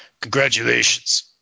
Congratulations